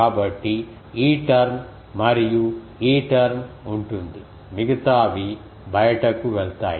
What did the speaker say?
కాబట్టి ఈ టర్మ్ మరియు ఈ టర్మ్ ఉంటుంది మిగతావి బయటకు వెళ్తాయి